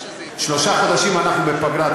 חבל שזה, שלושה חודשים ואנחנו בפגרה.